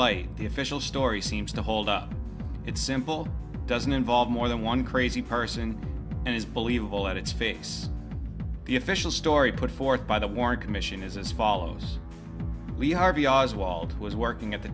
light the official story seems to hold up it's simple doesn't involve more than one crazy person and is believable at its face the official story put forth by the warren commission is as follows we harvey oswald was working at the